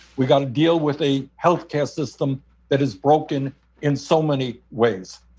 we've got to deal with a healthcare system that is broken in so many ways.